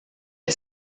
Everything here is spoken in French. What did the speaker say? est